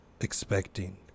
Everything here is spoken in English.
expecting